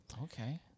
Okay